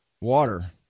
water